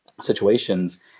situations